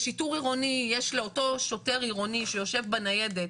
עירוני, לאותו שוטר עירוני שיושב בניידת,